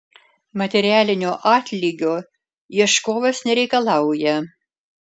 materialinio atlygio ieškovas nereikalauja